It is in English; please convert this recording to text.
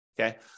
okay